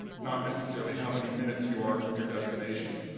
not necessarily how many minutes you are from your destination.